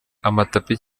amatapi